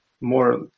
more